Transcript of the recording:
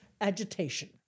agitation